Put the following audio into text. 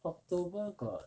october got